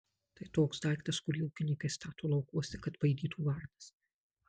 tai toks daiktas kurį ūkininkai stato laukuose kad baidytų varnas